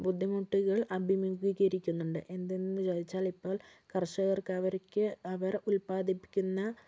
ബുദ്ധിമുട്ടുകൾ അഭിമുഖീകരിക്കുന്നുണ്ട് എന്തെന്ന് ചോദിച്ചാൽ ഇപ്പോൾ കർഷകർക്ക് അവർക്ക് അവർ ഉൽപ്പാദിപ്പിക്കുന്ന